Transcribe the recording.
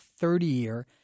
30-year